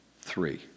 Three